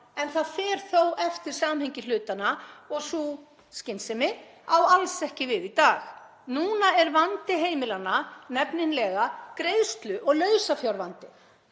en það fer þó eftir samhengi hlutanna og sú skynsemi á alls ekki við í dag. Núna er vandi heimilanna nefnilega greiðslu- og lausafjárvandi.